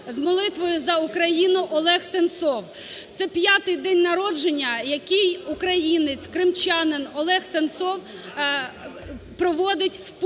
з молитвою за Україну ОлегСенцов. Це п'ятий день народження, який українець, кримчанин Олег Сенцов проводить в путінській